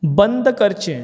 बंद करचें